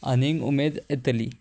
आनींग उमेद येतली